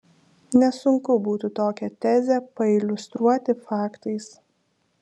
nesunku būtų tokią tezę pailiustruoti faktais